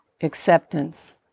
acceptance